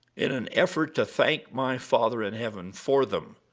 in an effort to thank my father in heaven for them,